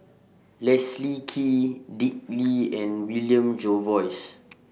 Leslie Kee Dick Lee and William Jervois